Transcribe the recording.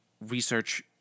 research